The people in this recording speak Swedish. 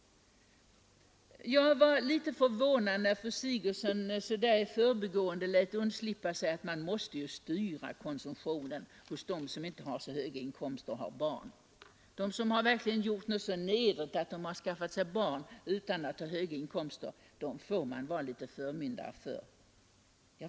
Jag blev litet förvånad när fru Sigurdsen mer i förbigående lät undslippa sig att man skall styra konsumtionen för de barnfamiljer som inte har så höga inkomster — för dem som gjort något så nedrigt att de skaffat sig barn utan att ha höga inkomster får man vara förmyndare.